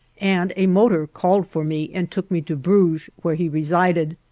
and a motor called for me and took me to brugge where he resided.